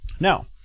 Now